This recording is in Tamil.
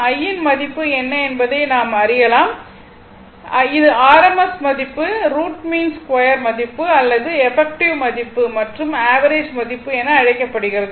I யின் மதிப்பு என்ன என்பதை நாம் அறியலாம் இது r m s மதிப்பு ரூட் மீன் ஸ்கொயர் மதிப்பு அல்லது எபக்ட்டிவ் மதிப்பு மற்றும் ஆவரேஜ் மதிப்பு என அழைக்கப்படுகிறது